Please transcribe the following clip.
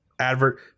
advert